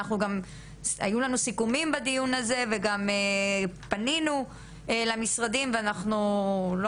יותר נכון היו לנו סיכומים בדיון הזה וגם פנינו למשרדים ואנחנו לא